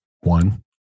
one